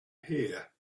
here